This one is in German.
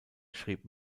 schrieb